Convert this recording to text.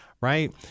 Right